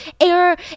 air